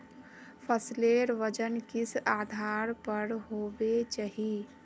फसलेर वजन किस आधार पर होबे चही?